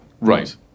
Right